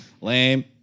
Lame